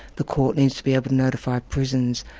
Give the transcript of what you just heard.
the court needs to be able to notify prisons,